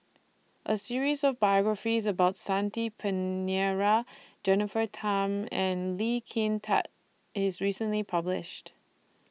A series of biographies about Shanti Pereira Jennifer Tham and Lee Kin Tat IS recently published